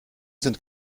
sind